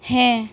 ᱦᱮᱸ